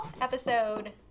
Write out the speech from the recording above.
episode